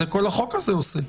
זה מה שחוק הזה עושה.